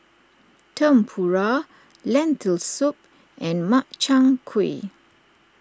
Tempura Lentil Soup and Makchang Gui